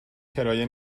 کرایه